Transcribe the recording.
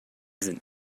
sind